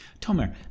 Tomer